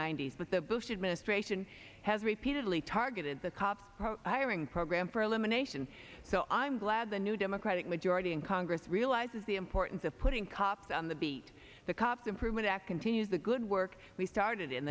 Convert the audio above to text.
ninety s but the bush administration has repeatedly targeted the cop airing program for elimination so i'm glad the new democratic majority in congress realizes the importance of putting cops on the beat the cops improvement act continues the good work we started in